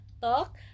talk